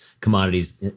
commodities